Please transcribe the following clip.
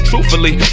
Truthfully